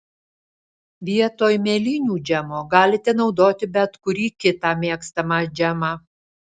vietoj mėlynių džemo galite naudoti bet kurį kitą mėgstamą džemą